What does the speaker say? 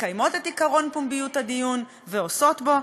מקיימות את עקרון פומביות הדיון ועושות זאת?